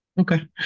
Okay